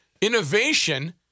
innovation